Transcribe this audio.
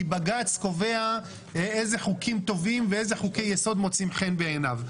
כי בג"ץ קובע אילו חוקים טובים ואילו חוקי יסוד מוצאים חן בעיניו.